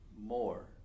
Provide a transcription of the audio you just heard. more